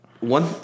One